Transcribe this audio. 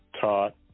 taught